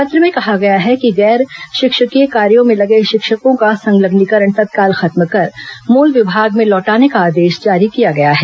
पत्र में कहा गया है कि गैर शिक्षकीय कार्यों में लगे शिक्षकों का संलग्नीकरण तत्काल खत्म कर मुल विभाग में लौटाने का आदेश जारी किया गया है